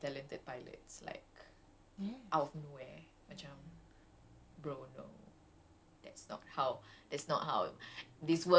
ya macam oh and then um they are like super gifted and talented pilots like out of nowhere macam